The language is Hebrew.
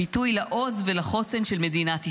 ביטוי לעוז ולחוסן של מדינת ישראל.